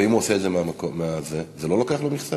ואם הוא עושה את זה מהמקום, זה לא לוקח לו מכסה?